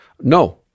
no